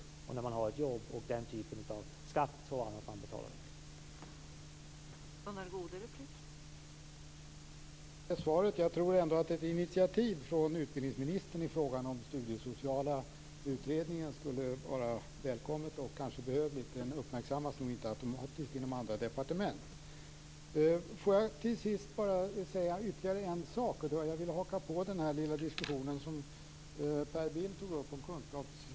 De gäller när man har ett jobb med skatt och annat som man betalar in.